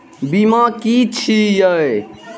बीमा की छी ये?